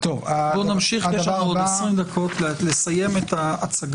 בוא נמשיך, כי יש לנו עוד 20 דקות לסיים את ההצגה.